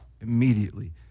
immediately